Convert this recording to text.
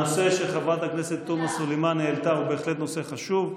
הנושא שחברת הכנסת תומא סלימאן העלתה הוא בהחלט נושא חשוב.